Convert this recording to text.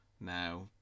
now